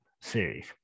series